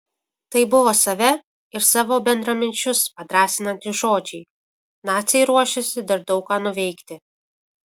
tai buvo save ir savo bendraminčius padrąsinantys žodžiai naciai ruošėsi dar daug ką nuveikti